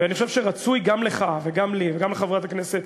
ואני חושב שרצוי גם לך וגם לי וגם לחברת הכנסת